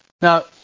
Now